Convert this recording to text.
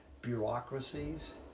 bureaucracies